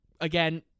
again